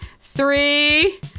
three